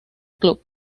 club